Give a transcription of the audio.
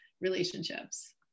relationships